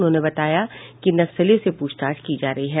उन्होंने कहा कि नक्सलियों से पूछताछ की जा रही है